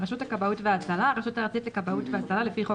"נוהל כללי ליצירת קשר וסיוע" נוהל ליצירת קשר וסיוע לפי תקנה 6(א);